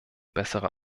bessere